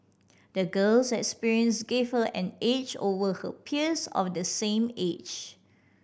the girl's experience gave her an edge over her peers of the same age